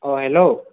অ' hello